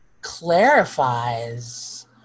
clarifies